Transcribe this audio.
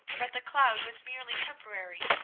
but the cloud was merely temporary,